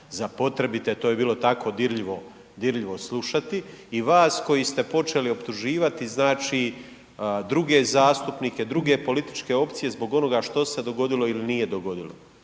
za potrebite, to je bilo tako dirljivo slušati i vas koji ste počeli optuživati druge zastupnike, druge političke opcije zbog onoga što se dogodilo ili nije dogodilo.